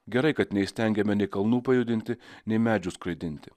gerai kad neįstengiame nei kalnų pajudinti nei medžių skraidinti